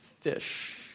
fish